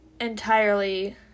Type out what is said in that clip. entirely